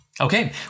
Okay